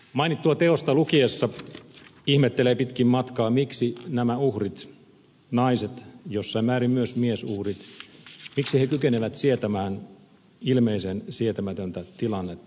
mainittua teosta lukiessa ihmettelee pitkin matkaa miksi nämä uhrit naiset jossain määrin myös miesuhrit kykenevät sietämään ilmeisen sietämätöntä tilannetta